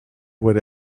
what